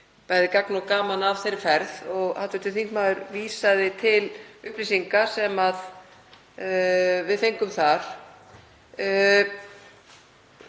bæði gagn og gaman af þeirri ferð. Hv. þingmaður vísaði til upplýsinga sem við fengum þar.